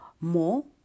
more